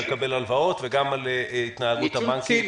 לקבל הלוואות וגם על התנהגות הבנקים.